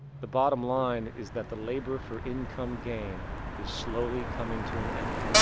the bottom line is that the labor for income game is slowly coming to an end.